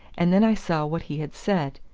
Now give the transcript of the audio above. and then i saw what he had said.